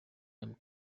him